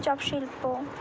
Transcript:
চপশিল্প